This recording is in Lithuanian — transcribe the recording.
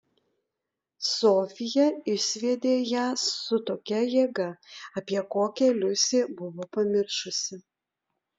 sofija išsviedė ją su tokia jėga apie kokią liusė buvo pamiršusi